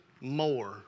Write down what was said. more